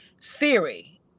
Siri